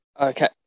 Okay